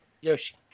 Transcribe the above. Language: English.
Yoshi